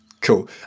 Cool